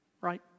Right